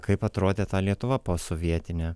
kaip atrodė ta lietuva posovietinė